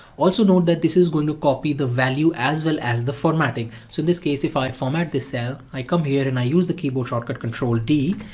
also know that this is going to copy the value as well as the formatting. so in this case, if i format the cell, i come here and i use the keyboard shortcut control d,